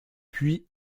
puis